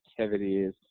activities